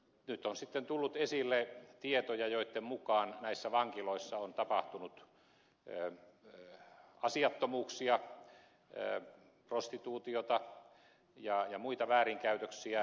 nyt on sitten tullut esille tietoja joitten mukaan näissä vankiloissa on tapahtunut asiattomuuksia prostituutiota ja muita väärinkäytöksiä